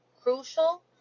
crucial